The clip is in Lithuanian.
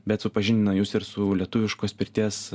bet supažindina jus ir su lietuviškos pirties